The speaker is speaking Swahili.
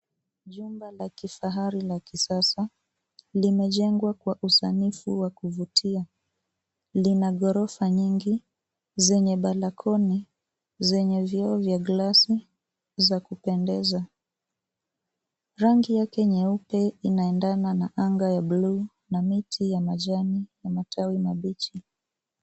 Jumba la kifahari la kisasa limejengwa kwa usanifu wa kuvutia. Lina ghorofa nyingi zenye balakoni zenye vyoo vya glasi za kupendeza. Rangi yake nyeupe inaendana na anga ya buluu na miti ya majani na matawi mabichi.